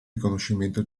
riconoscimento